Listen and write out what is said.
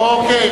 אוקיי.